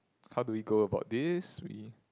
how do we go about this we